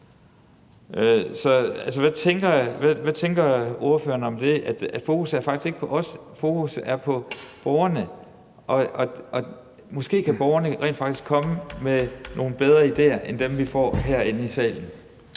hvad tænker ordføreren om det – altså at fokus faktisk ikke er på os? Fokus er på borgerne, og måske kan borgerne rent faktisk komme med nogle bedre idéer end dem, vi får herinde i salen.